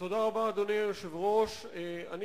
אדוני היושב-ראש, תודה רבה.